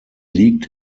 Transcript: liegt